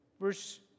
verse